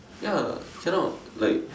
ya cannot like